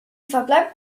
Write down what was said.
verbleib